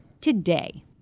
today